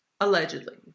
Allegedly